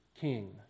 king